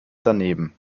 daneben